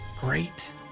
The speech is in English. great